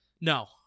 No